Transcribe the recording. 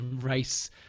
race